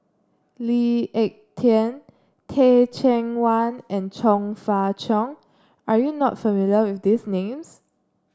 Lee Ek Tieng Teh Cheang Wan and Chong Fah Cheong are you not familiar with these names